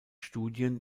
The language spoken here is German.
studien